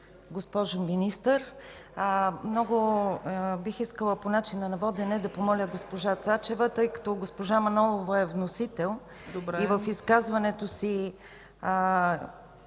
госпожо Министър! Много бих искала по начина на водене да помоля госпожа Цачева, тъй като госпожа Манолова е вносител и в изказването си